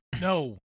No